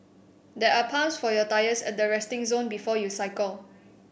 there are pumps for your tyres at the resting zone before you cycle